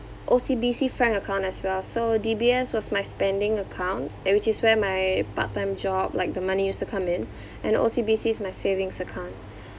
O_C_B_C frank account as well so D_B_S was my spending account which is where my part-time job like the money used to come in and O_C_B_C is my savings account